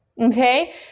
okay